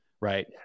right